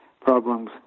problems